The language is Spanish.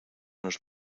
nos